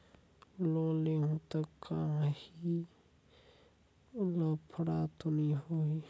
Loan लेहूं ता काहीं लफड़ा तो नी होहि?